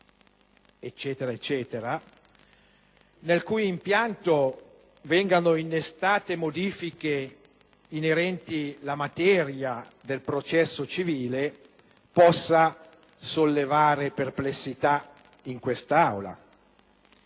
Paese, nel cui impianto vengano innestate modifiche inerenti la materia del processo civile, possa sollevare perplessità in quest'Aula.